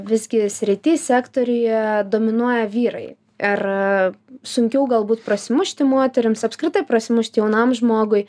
visgi srity sektoriuje dominuoja vyrai ar sunkiau galbūt prasimušti moterims apskritai prasimušti jaunam žmogui